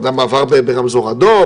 אדם עבר ברמזור אדום,